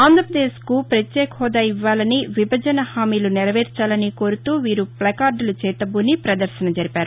ఆంధ్రప్రదేశ్కు ప్రత్యేక హోదా ఇవ్వాలని విభజన హామీలు నెరవేర్చాలని కోరుతూ వీరు ప్లకార్డులు చేతబూని పదర్శన జరిపారు